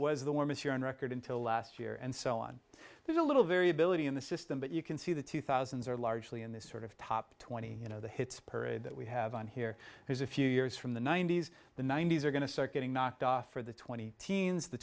was the warmest year on record until last year and so on there's a little variability in the system but you can see the two thousands are largely in this sort of top twenty you know the hits per year that we have on here there's a few years from the ninety's the ninety's are going to start getting knocked off for the twenty teens the